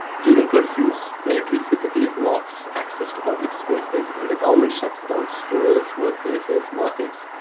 during curfews, military physically blocks access to public spaces, and the government shuts down schools, workplaces, markets,